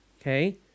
okay